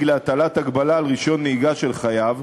להטלת הגבלה על רישיון נהיגה של חייב,